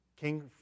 King